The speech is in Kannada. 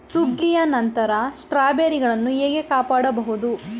ಸುಗ್ಗಿಯ ನಂತರ ಸ್ಟ್ರಾಬೆರಿಗಳನ್ನು ಹೇಗೆ ಕಾಪಾಡ ಬಹುದು?